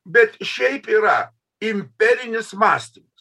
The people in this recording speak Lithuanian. bet šiaip yra imperinis mąstymas